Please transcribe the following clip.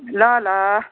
ल ल